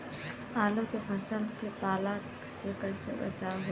आलू के फसल के पाला से कइसे बचाव होखि?